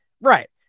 Right